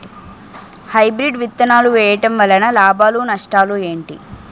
Hybrid విత్తనాలు వేయటం వలన లాభాలు నష్టాలు ఏంటి?